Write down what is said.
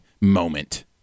moment